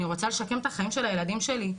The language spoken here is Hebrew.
אני רוצה לשקם את החיים של הילדים שלי,